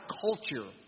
culture